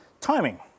timing